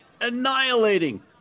annihilating